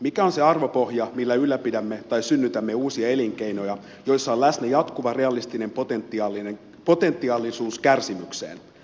mikä on se arvopohja millä ylläpidämme tai synnytämme uusia elinkeinoja joissa on läsnä jatkuva realistinen potentiaalisuus kärsimykseen